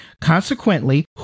Consequently